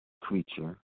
creature